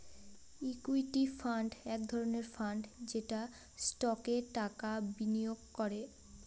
equity fund এক ধরনের fund যেটা স্টকে টাকা বিনিয়োগ করে